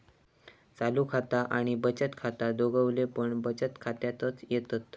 चालू खाता आणि बचत खाता दोघवले पण बचत खात्यातच येतत